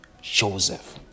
Joseph